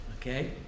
okay